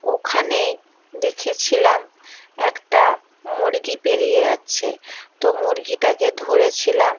ওখানেই দেখেছিলাম একটা মুরগী পেরিয়ে যাচ্ছে তো মুরগীটাকে ধরেছিলাম